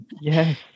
Yes